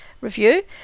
review